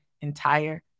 entire